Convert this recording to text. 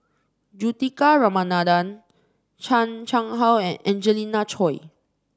Juthika Ramanathan Chan Chang How and Angelina Choy